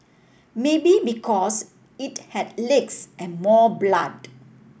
maybe because it had legs and more blood